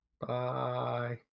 Bye